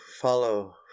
follow